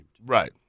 Right